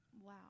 Wow